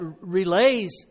Relays